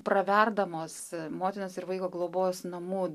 praverdamos motinos ir vaiko globos namų